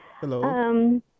Hello